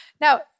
Now